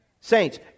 Saints